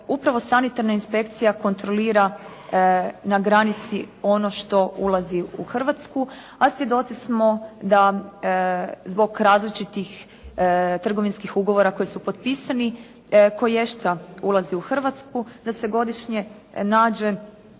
upravo sanitarna inspekcija kontrolira na granici ono što ulazi u Hrvatsku, a svjedoci smo da zbog različitih trgovinskih ugovora koji su potpisani koješta ulazi u Hrvatsku, da se godišnje nađe